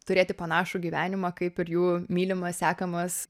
turėti panašų gyvenimą kaip ir jų mylimas sekamas